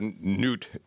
Newt